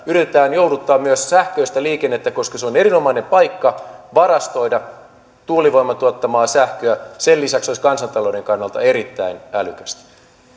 yritetään jouduttaa myös sähköistä liikennettä koska se on erinomainen paikka varastoida tuulivoiman tuottamaa sähköä sen lisäksi se olisi kansantalouden kannalta erittäin älykästä